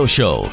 Show